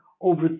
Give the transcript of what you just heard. over